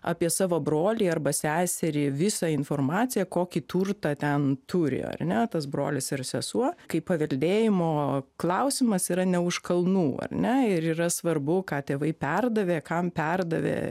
apie savo brolį arba seserį visą informaciją kokį turtą ten turi ar ne tas brolis ir sesuo kai paveldėjimo klausimas yra ne už kalnų ar ne ir yra svarbu ką tėvai perdavė kam perdavė